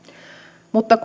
mutta